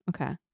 okay